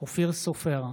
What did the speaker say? אופיר סופר,